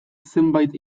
zenbait